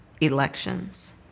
elections